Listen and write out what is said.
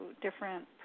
different